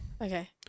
Okay